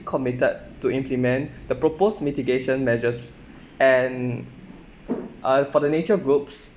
committed to implement the proposed mitigation measures and uh for the nature groups